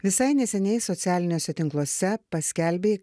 visai neseniai socialiniuose tinkluose paskelbei